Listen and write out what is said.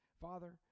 Father